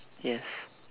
yes